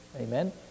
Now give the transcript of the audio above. Amen